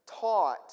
taught